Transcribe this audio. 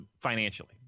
financially